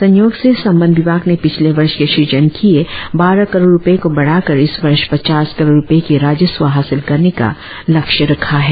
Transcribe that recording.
संयोग से संबंद्ध विभाग ने पिछले वर्ष के सृजन किए बारह करोड़ रुपए को बढ़ाकर इस वर्ष पचास करोड़ रुपए के राजस्व हासिल करने का लक्ष्य रखा है